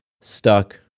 stuck